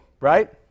right